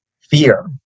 fear